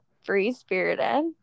free-spirited